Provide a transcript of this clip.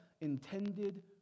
intended